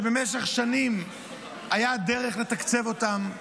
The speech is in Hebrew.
שבמשך שנים הייתה דרך לתקצב אותם,